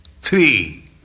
three